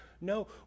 No